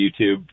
YouTube